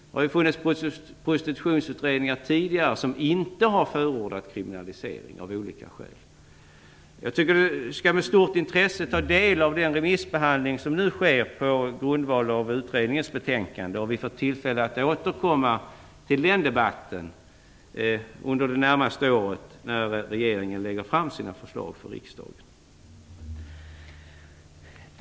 Det har funnits prostitutionsutredningar tidigare som av olika skäl inte har förordat en kriminalisering. Jag skall med stort intresse ta del av den remissbehandling som nu sker på grundval av utredningens betänkande, och vi får tillfälle att återkomma till den debatten under det närmaste året, när regeringen lägger fram sina förslag för riksdagen.